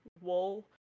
wool